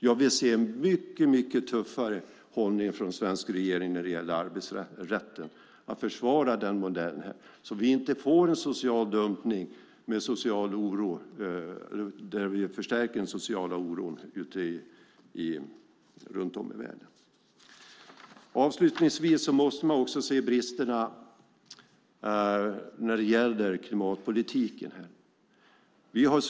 Jag vill se en mycket tuffare hållning från den svenska regeringen när det gäller arbetsrätten och att försvara den modellen, så att vi inte får social dumpning och förstärker den sociala oron runt om i världen. Man måste också se bristerna när det gäller klimatpolitiken.